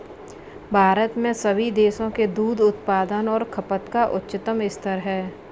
भारत में सभी देशों के दूध उत्पादन और खपत का उच्चतम स्तर है